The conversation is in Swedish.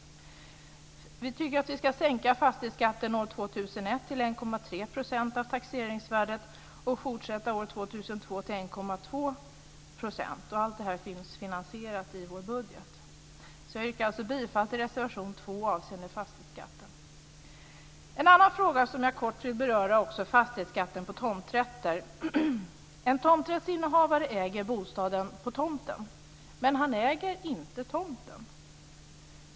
Vi tycker att vi ska sänka fastighetsskatten år 2001 till 1,3 % av taxeringsvärdet och fortsätta år 2002 till 1,2 %. Allt detta finns finansierat i vårt budgetförslag. Jag yrkar alltså bifall till reservation 2 avseende fastighetsskatten. En annan fråga som jag också kort vill beröra är fastighetsskatten på tomträtter. En tomträttsinnehavare äger bostaden på tomten. Men han äger inte tomten.